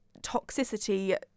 toxicity